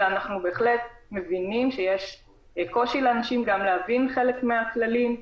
אלא אנחנו בהחלט מבינים שיש קושי לאנשים גם להבין חלק מהכללים,